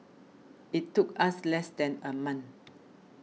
it took us less than a month